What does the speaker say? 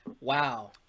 Wow